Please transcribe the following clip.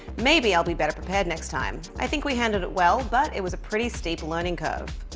maybe i'll be better prepared next time. i think we handled it well, but it was a pretty steep learning curve.